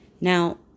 Now